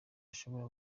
ushobora